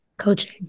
Coaching